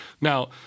Now